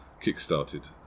kick-started